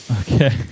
Okay